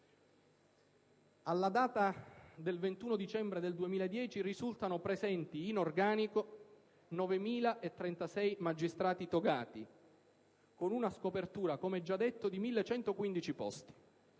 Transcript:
Alla data del 21 dicembre 2010 risultano presenti in organico 9.036 magistrati togati, con una scopertura, come già detto, di 1.115 posti.